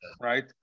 right